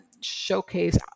showcase